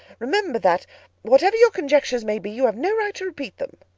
remember that whatever your conjectures may be, you have no right to repeat them.